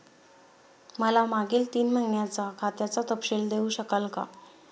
मला मागील तीन महिन्यांचा खात्याचा तपशील देऊ शकाल का?